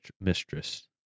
mistress